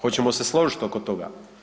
Hoćemo se složiti oko toga?